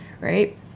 right